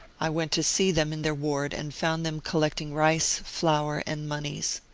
i went to see them in their ward and found them collecting rice, flour and moneys.